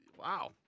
wow